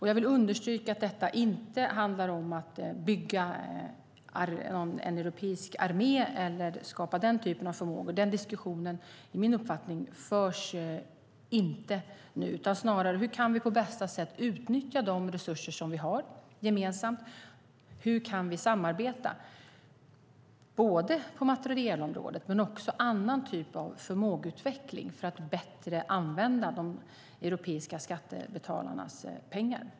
Jag vill dock understryka att det inte handlar om att bygga en europeisk armé eller att skapa den typen av förmågor. Den diskussionen förs inte, enligt min uppfattning. Snarare handlar det om hur vi på bästa sätt kan utnyttja de resurser vi har gemensamt. Hur kan vi samarbeta på materielområdet och när det gäller annan typ av förmågeutveckling för att bättre använda de europeiska skattebetalarnas pengar?